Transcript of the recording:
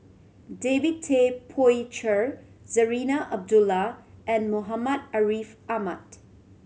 David Tay Poey Cher Zarinah Abdullah and Muhammad Ariff Ahmad